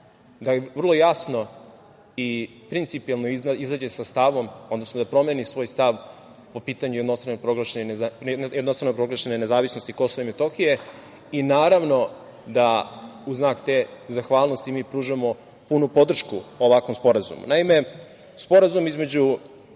da vrlo jasno i principijelno izađe sa stavom, odnosno da promeni svoj stav po pitanju jednostrano proglašene nezavisnosti KiM i naravno da u znak te zahvalnosti mi pružamo punu podršku ovakvom sporazumu. Naime, Sporazum između